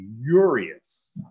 furious